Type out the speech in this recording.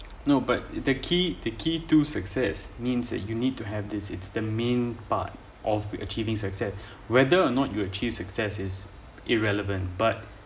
no but the key the key to success means that you need to have this it's the main part of the achieving success whether or not you achieve success is irrelevant but